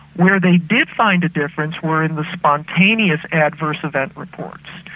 where they did find a difference were in the spontaneous adverse event reports.